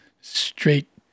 straight